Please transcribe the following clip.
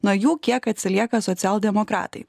nuo jų kiek atsilieka socialdemokratai